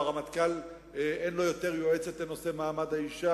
או הרמטכ"ל אין לו עוד יועצת לענייני נשים.